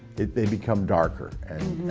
they become darker, and